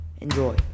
Enjoy